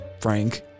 Frank